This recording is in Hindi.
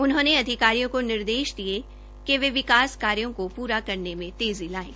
उन्होंने अधिकारियों को निर्देश दिये कि वे विकास कार्यों को पूरा करने में तेजी जायें